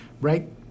right